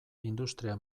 industria